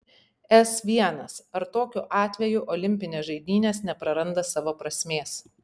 s l ar tokiu atveju olimpinės žaidynės nepraranda savo prasmės